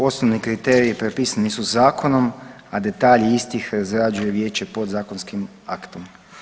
Osnovni kriteriji propisani su zakonom, a detalji istih razrađuje Vijeće podzakonskim aktom.